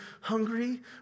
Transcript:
hungry